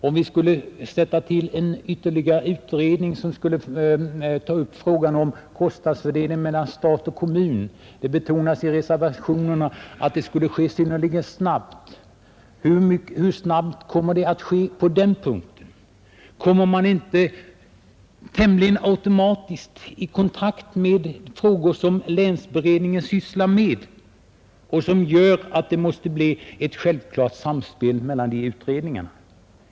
Om vi skulle sätta till ytterligare en utredning, som skulle ta upp frågan om kostnadsfördelningen mellan stat och kommun — det betonas i reservationerna att det skulle ske synnerligen snabbt — hur snabbt skulle det gå? Kommer man inte tämligen automatiskt i kontakt med frågor som länsberedningen sysslar med och som gör att det måste bli ett självklart samspel mellan utredningarna?